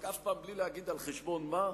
רק אף פעם בלי להגיד על חשבון מה.